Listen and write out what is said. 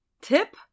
tip